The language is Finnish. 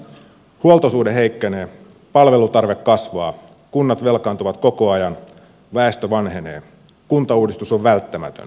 huoltosuhde heikkenee palvelutarve kasvaa kunnat velkaantuvat koko ajan väestö vanhenee kuntauudistus on välttämätön